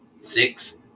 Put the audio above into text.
six